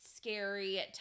scary